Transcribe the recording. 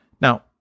Now